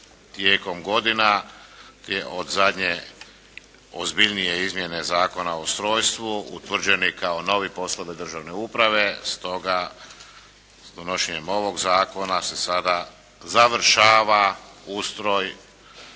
tijekom godina od zadnje ozbiljnije izmjene Zakona o ustrojstvu utvrđeni kao novi poslovi državne uprave. Stoga donošenjem ovog zakona se sada završava ustroj